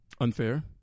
unfair